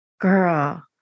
Girl